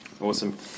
Awesome